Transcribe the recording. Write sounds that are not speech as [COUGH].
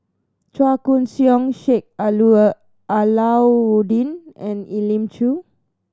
Chua Koon Siong Sheik [UNINTELLIGIBLE] Alau'ddin and Elim Chew